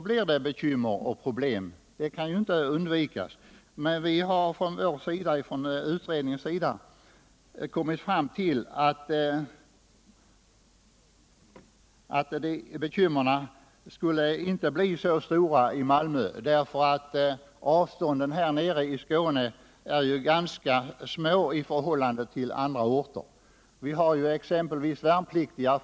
Olägenheter kan alltså inte undvikas, men vi har i utredningen kommit fram till att bekymren inte skulle bli så stora i Malmö, eftersom avstånden i Skåne är ganska små i förhållande till vad som gäller för andra landsdelar.